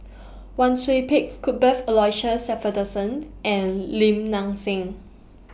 Wang Sui Pick Cuthbert Aloysius Shepherdson and Lim Nang Seng